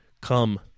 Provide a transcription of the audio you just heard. come